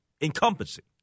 encompassing